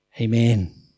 Amen